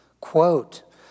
Quote